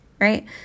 right